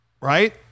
right